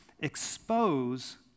expose